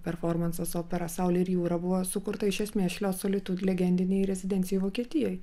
performansas opera saulė ir jūra buvo sukurta iš esmės šlioso legendinėj rezidencijoj vokietijoj